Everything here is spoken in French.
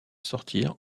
sortir